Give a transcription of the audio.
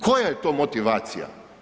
Koja je to motivacija?